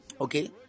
Okay